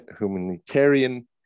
humanitarian